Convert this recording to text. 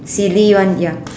silly one ya